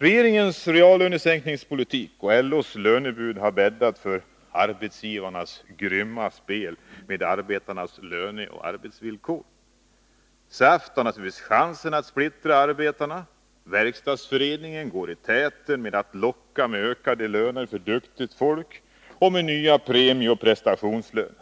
Regeringens reallönesänkningspolitik och LO:s lönebud har bäddat för arbetsgivarnas grymma spel med arbetarnas löneoch arbetsvillkor. SAF tar naturligtvis chansen att splittra arbetarna. Verkstadsföreningen går i täten genom att ”locka” med ökade löner för ”duktigt” folk och med nya premieoch prestationslöner.